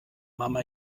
mama